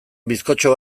bizkotxo